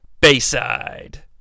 Bayside